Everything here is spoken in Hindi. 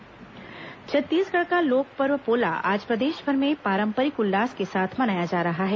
पोला पर्व छत्तीसगढ़ का लोकपर्व पोला आज प्रदेशभर में पारंपरिक उल्लास के साथ मनाया जा रहा है